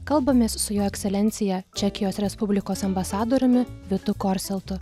kalbamės su jo ekscelencija čekijos respublikos ambasadoriumi vitu korseltu